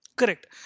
Correct